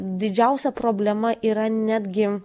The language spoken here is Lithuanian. didžiausia problema yra netgi